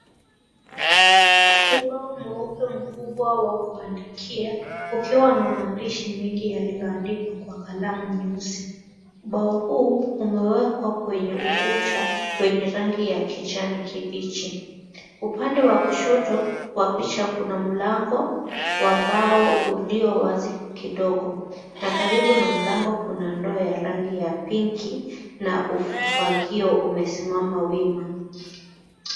Ubao mweupe mkubwa wa kuandikia, ukiwa na maandishi mengi yaliyoandikwa kwa kalamu nyeusi. Ubao huu umewekwa kwenye ukuta wenye rangi ya kijani kibichi. Upande wa kushoto, kwa picha kuna mlango wa mbao ulio wazi kidogo na karibu na mlango kuna ndoo ya rangi ya pinki na ufagio umesimama wima.